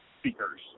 speakers